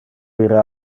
ira